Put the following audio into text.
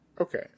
Okay